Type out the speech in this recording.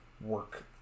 work